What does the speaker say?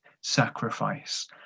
sacrifice